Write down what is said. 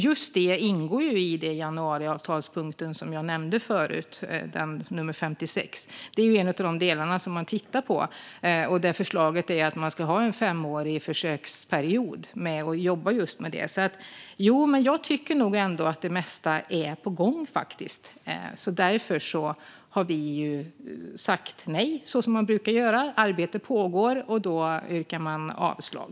Just detta ingår i den januariavtalspunkt som jag nämnde tidigare, nummer 56. Det är en av de delar som man tittar på, och förslaget är att man ska ha en femårig försöksperiod då man jobbar med det här. Jag tycker nog ändå att det mesta är på gång, och därför har vi sagt nej, så som man brukar göra. Arbete pågår, och då yrkar man avslag.